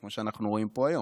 כמו שאנחנו רואים פה היום.